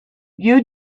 you